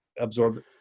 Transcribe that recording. absorb